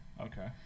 Okay